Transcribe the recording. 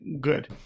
good